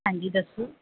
ਹਾਂਜੀ ਦੱਸੋ